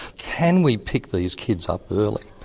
can we pick these kids up early?